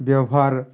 ବ୍ୟବହାର